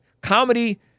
Comedy